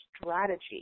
strategy